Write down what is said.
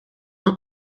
een